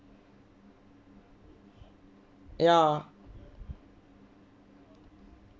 ya